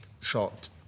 shot